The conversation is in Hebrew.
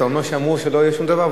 אתה אומר שאמרו שלא יהיה שום דבר,